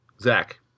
Zach